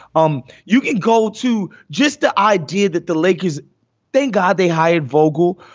um you can go to just the idea that the lakers then got they hired vogel,